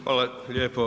Hvala lijepo.